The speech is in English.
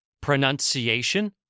pronunciation